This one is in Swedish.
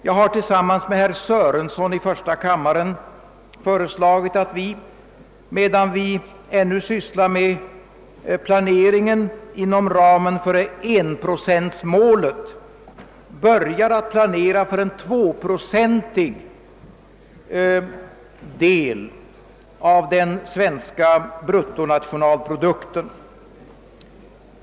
Jag har tillsammans med herr Sörenson i första kammaren föreslagit att vi, medan vi ännu sysslar med planeringen inom ramen för enprocentmålet, börjar planera för en tvåprocentig del av den svenska bruttonationalprodukten.